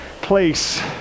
place